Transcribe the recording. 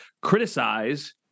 criticize